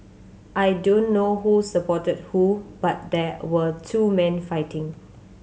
I don't know who supported who but there were two men fighting